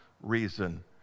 reason